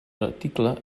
reticle